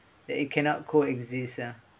that it cannot coexist sia